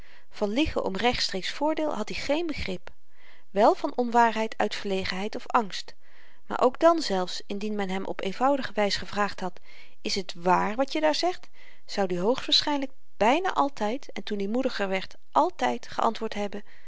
van liegen om rechtstreeks voordeel had i geen begrip wel van onwaarheid uit verlegenheid of angst maar ook dan zelfs indien men hem op eenvoudige wys gevraagd had is t waar wat je daar zegt zoud i hoogstwaarschynlyk byna altyd en toen i moediger werd altyd geantwoord hebben